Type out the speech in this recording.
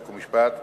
חוק ומשפט,